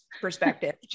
perspective